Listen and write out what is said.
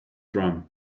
drum